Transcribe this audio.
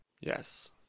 Yes